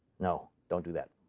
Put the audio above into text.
no. don't do that.